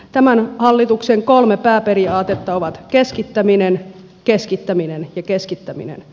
tämän hallituksen kolme pääperiaatetta ovat keskittäminen keskittäminen ja keskittäminen